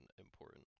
important